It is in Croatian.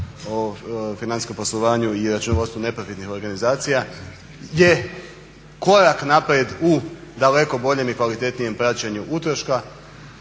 o financijskom poslovanju i računovodstvu neprofitnih organizacija je korak naprijed u daleko boljem i kvalitetnijem praćenju utroška